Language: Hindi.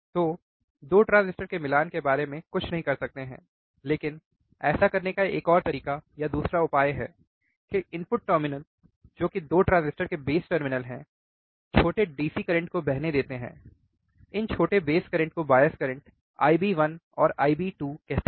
तो 2 ट्रांजिस्टर के मिलान के बारे में कुछ नहीं कर सकते हैं लेकिन ऐसा करने का एक और तरीका या दूसरा उपाय है कि इनपुट टर्मिनल जो कि 2 ट्रांजिस्टर के बेस टर्मिनल हैं छोटे DC करंट को बेहने देते हैं इन छोटे बेस करंट को बायस करंट IB1 और IB2 कहते हैं